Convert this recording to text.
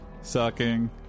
sucking